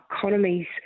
economies